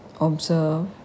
observe